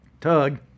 Tug